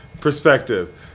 perspective